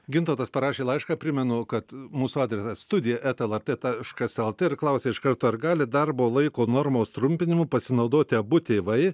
gintautas parašė laišką primenu kad mūsų adresas studija eta lrt taškas lt ir klausia iš karto ar gali darbo laiko normos trumpinimu pasinaudoti abu tėvai